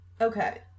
Okay